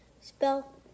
Spell